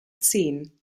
zehn